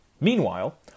Meanwhile